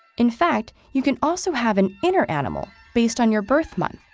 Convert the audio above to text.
in fact, you can also have an inner animal based on your birth month,